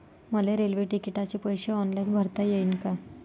मले रेल्वे तिकिटाचे पैसे ऑनलाईन भरता येईन का?